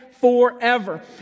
forever